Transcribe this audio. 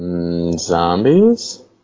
Zombies